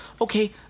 okay